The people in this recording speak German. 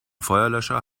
feuerlöscher